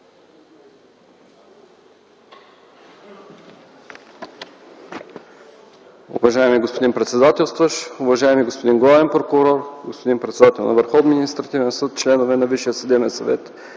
Уважаеми господин председател, уважаеми господин главен прокурор, господин председател на Върховния